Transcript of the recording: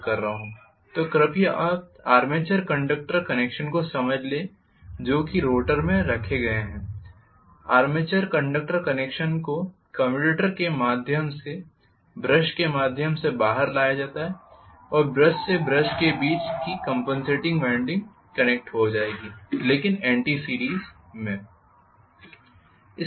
तो कृपया आप आर्मेचर कंडक्टर कनेक्शन को समझ लें जो कि रोटर में रखे गए हैं आर्मेचर कंडक्टर कनेक्शन को कम्यूटेटर के माध्यम से ब्रश के माध्यम से बाहर लाया जाता है और ब्रश से ब्रश के बीच की कॅंपनसेटिंग वाइंडिंग कनेक्ट हो जाएगी लेकिन एंटी सीरीज़ में